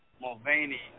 Mulvaney